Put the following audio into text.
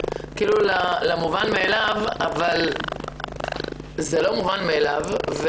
למובן מאליו אבל זה לא מובן מאליו.